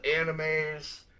animes